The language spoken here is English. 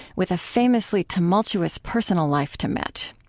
with a famously tumultuous personal life to match.